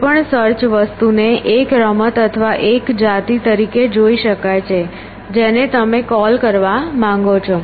કોઈપણ સર્ચ વસ્તુને એક રમત અથવા એક જાતિ તરીકે જોઇ શકાય છે જેને તમે કોલ કરવા માંગો છો